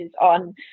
on